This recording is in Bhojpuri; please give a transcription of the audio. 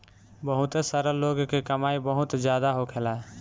बहुते सारा लोग के कमाई बहुत जादा होखेला